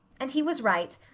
and he was right.